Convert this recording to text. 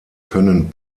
können